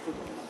בלי התייעצות.